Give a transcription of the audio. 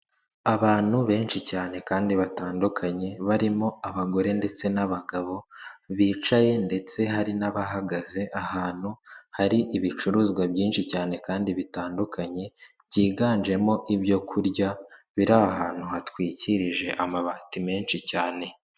Abantu benshi cyane kandi batandukanye, barimo abagore ndetse n'abagabo, bicaye ndetse hari n'abahagaze ahantu hari ibicuruzwa byinshi cyane kandi bitandukanye, byiganjemo ibyo kurya biri ahantu hatwikirije amabati menshi cyane.